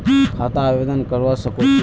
खाता आवेदन करवा संकोची?